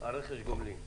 על רכש גומלין.